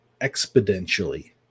exponentially